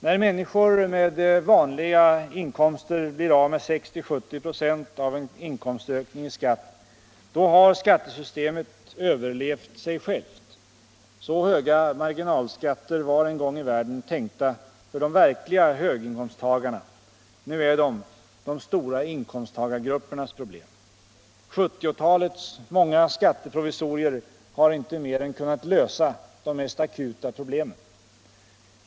När människor med vanliga inkomster blir av med 60-70 96 av en inkomstökning i skatt, då har skattesystemet överlevt sig självt. Så höga marginalskatter var en gång i världen tänkta för de verkliga höginkomsttagarna. Nu är dessa skatter de stora inkomsttagargruppernas problem. 1970-talets många skatteprovisorier har inte mer än kunnat lösa de mest akuta problemen.